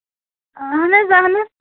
اَہَن حظ اَہَن حظ